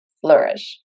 flourish